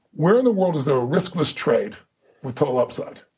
where in the world is there a risk-less trade with total upside?